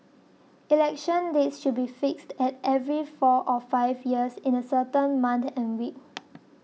election dates should be fixed at every four or five years in a certain month and week